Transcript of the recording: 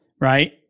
right